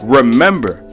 remember